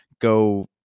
go